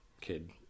kid